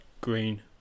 green